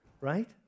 right